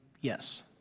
yes